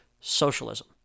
socialism